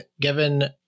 given –